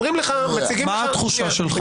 אומרים לך, מציגים לך --- מה התחושה שלך?